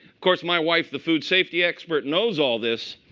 course, my wife, the food safety expert, knows all this.